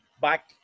back